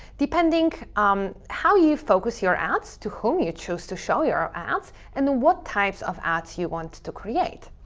depending um how you focus your ads, to whom you chose to show your ads, and then what types of ads you want to create.